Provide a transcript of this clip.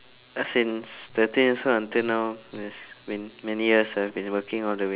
uh since thirteen years old until now has been many years I've been working all the way